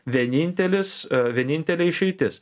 vienintelis vienintelė išeitis